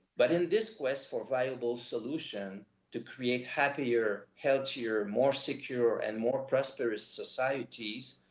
but in this quest for viable solution to create happier, healthier, more secure, and more prosperous societies,